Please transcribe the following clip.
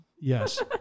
Yes